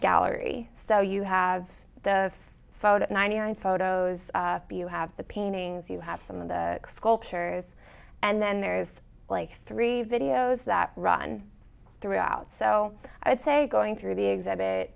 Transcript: gallery so you have the photo ninety i photos you have the paintings you have some of the sculptures and then there's like three videos that run throughout so i would say going through the exhibit